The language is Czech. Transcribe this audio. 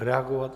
Reagovat?